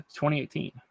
2018